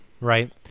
right